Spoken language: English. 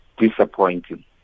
disappointing